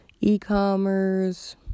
e-commerce